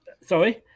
Sorry